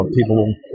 People